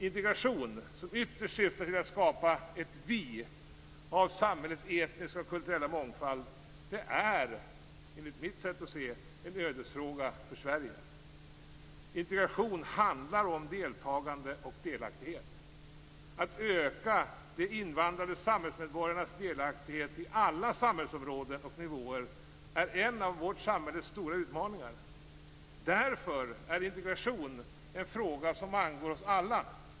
Integration syftar ytterst till att skapa ett "vi" av samhällets etniska och kulturella mångdfald. Det är enligt mitt sätt att se en ödesfråga för Sverige. Integration handlar om deltagande och delaktighet. Att öka de invandrade samhällsmedborgarnas delaktighet i alla samhällsområden och nivåer är en av vårt samhälles stora utmaningar. Därför är integration en fråga som angår oss alla.